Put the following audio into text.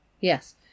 yes